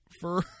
for-